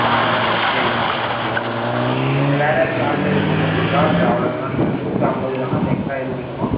ஆ சரிம்மா ஓகே அதில் வேறு ஆச்சும் ஆல்டர்ரேட் பண்ணுறது இருக்கா இல்லை அவ்வளோதானா நீங்கள் கொடுத்த ஐம்பதுதானா இல்லை எக்ஸ்ட்ரா எதுவும் வேணுமா